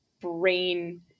brain